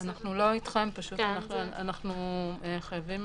אנחנו חייבים